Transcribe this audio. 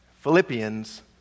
Philippians